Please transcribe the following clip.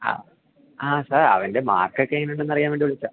ആ ആ സാർ അവൻ്റെ മാർക്കൊക്കെ എങ്ങനെയുണ്ടെന്നറിയാന് വേണ്ടി വിളിച്ചതാണ്